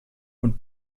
und